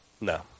no